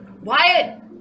Wyatt